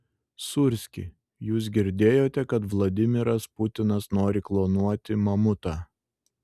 sūrski jūs girdėjote kad vladimiras putinas nori klonuoti mamutą